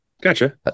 Gotcha